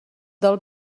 del